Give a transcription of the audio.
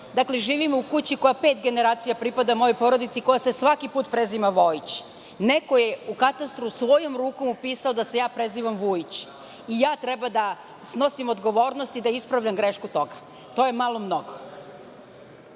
Dakle, živim u kući koja pet generacija pripada mojoj porodici, koja se svaki put preziva Vojić. Neko je u katastru svojom rukom upisao da se ja prezivam Vujić i ja treba da snosim odgovornost, da ispravljam grešku toga. To je malo mnogo.